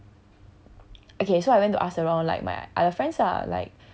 okay so I went to ask around like my I have friends are like